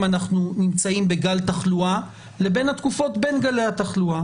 אנחנו נמצאים בגל תחלואה לבין התקופות בין גלי התחלואה.